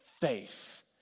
faith